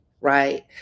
right